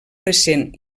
recent